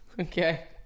Okay